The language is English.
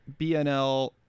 BNL